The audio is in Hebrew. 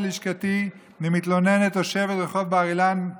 ללשכתי ממתלוננת תושבת רחוב בר אילן על